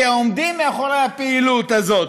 הם שעומדים מאחורי הפעילות הזאת.